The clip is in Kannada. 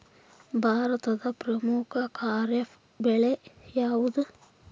ಭಾರತದ ಪ್ರಮುಖ ಖಾರೇಫ್ ಬೆಳೆ ಯಾವುದು?